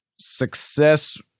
success